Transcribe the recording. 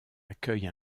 accueillent